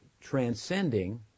transcending